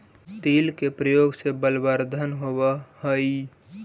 तिल के प्रयोग से बलवर्धन होवअ हई